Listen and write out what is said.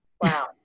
Wow